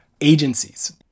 agencies